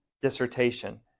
dissertation